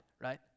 right